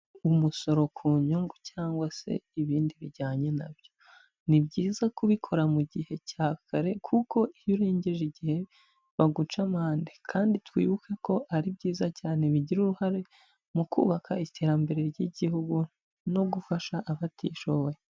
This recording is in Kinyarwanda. Umusoro ku nyungu cyangwa se ibindi bijyanye na byo, ni byiza kubikora mu gihe cya kare kuko iyo urengeje igihe baguca amande kandi twibuke ko ari byiza cyane bigira uruhare mu kubaka iterambere ry'Igihugu no gufasha abatishoboye.